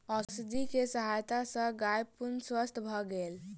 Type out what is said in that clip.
औषधि के सहायता सॅ गाय पूर्ण स्वस्थ भ गेल